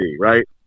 right